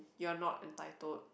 you are not entitled